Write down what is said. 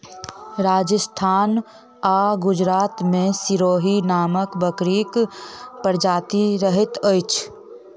राजस्थान आ गुजरात मे सिरोही नामक बकरीक प्रजाति रहैत अछि